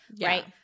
right